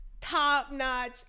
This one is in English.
top-notch